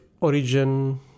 origin